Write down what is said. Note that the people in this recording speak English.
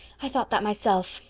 i thought that myself,